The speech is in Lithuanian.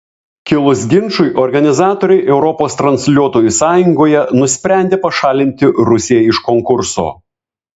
kilus ginčui organizatoriai europos transliuotojų sąjungoje nusprendė pašalinti rusiją iš konkurso